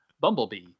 Bumblebee